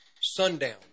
sundown